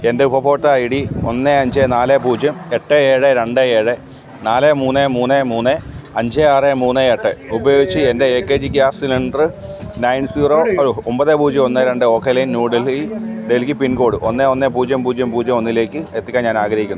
എൻ്റെ ഉപഭോക്തൃ ഐഡി ഒന്ന് അഞ്ച് നാല് പൂജ്യം എട്ട് ഏഴ് രണ്ട് ഏഴ് നാല് മൂന്ന് മൂന്ന് മൂന്ന് അഞ്ച് ആറ് മൂന്ന് എട്ട് ഉപയോഗിച്ചു എൻ്റെ A K G gas cylinder nine zero ഒമ്പത് പൂജ്യം ഒന്ന് രണ്ട് oak lane New Delhi Delhi pin code ഒന്ന് ഒന്ന് പൂജ്യം പൂജ്യം പൂജ്യം ഒന്നിലേക്ക് എത്തിക്കാൻ ഞാൻ ആഗ്രഹിക്കുന്നു